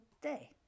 day